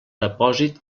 depòsit